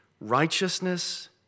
righteousness